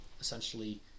essentially